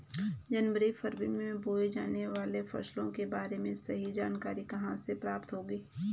जनवरी फरवरी में बोई जाने वाली फसलों के बारे में सही जानकारी कहाँ से प्राप्त होगी?